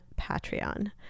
Patreon